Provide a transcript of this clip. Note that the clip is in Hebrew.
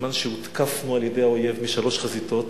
בזמן שהותקפנו על-ידי האויב משלוש חזיתות.